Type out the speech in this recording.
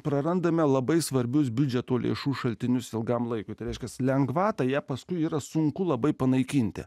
prarandame labai svarbius biudžeto lėšų šaltinius ilgam laikui reiškiasi lengvata ją paskui yra sunku labai panaikinti